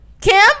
Kim